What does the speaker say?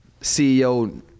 CEO